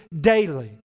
daily